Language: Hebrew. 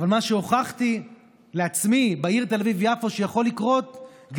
אבל מה שהוכחתי לעצמי שיכול לקרות בעיר תל אביב-יפו,